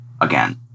again